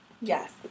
Yes